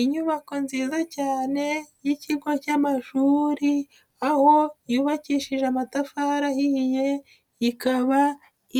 Inyubako nziza cyane y'ikigo cy'amashuri, aho yubakishije amatafari ahiye ikaba